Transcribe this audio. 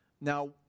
Now